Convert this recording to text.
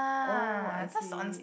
oh I see